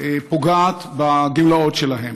שהמדינה פוגעת בגמלאות שלהם.